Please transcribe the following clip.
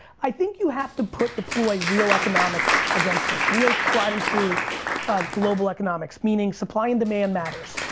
i think you have to put, deploy real economics against this, real tried and true global economics meaning supply and demand matters.